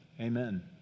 Amen